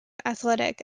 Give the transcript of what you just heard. athletic